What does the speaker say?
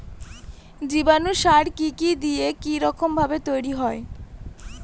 জীবাণু সার কি কি দিয়ে কি রকম ভাবে তৈরি হয়?